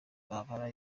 kwambara